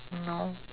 !hannor!